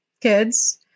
kids